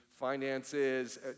finances